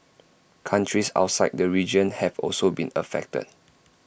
countries outside the region have also been affected